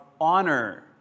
honor